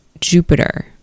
Jupiter